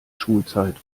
schulzeit